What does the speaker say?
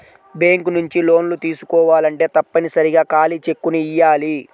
bank నుంచి లోన్లు తీసుకోవాలంటే తప్పనిసరిగా ఖాళీ చెక్కుని ఇయ్యాలి